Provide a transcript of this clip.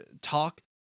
talk